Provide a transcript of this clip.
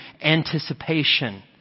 anticipation